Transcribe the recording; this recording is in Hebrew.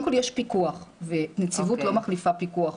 כל יש פיקוח ונציבות לא מחליפה פיקוח.